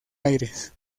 aires